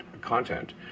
content